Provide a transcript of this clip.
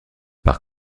par